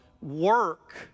work